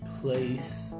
place